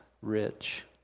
rich